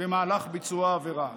במהלך ביצוע העבירה.